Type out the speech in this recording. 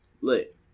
lit